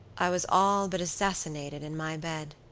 i was all but assassinated in my bed,